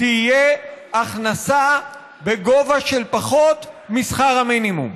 תהיה הכנסה בגובה של פחות משכר המינימום.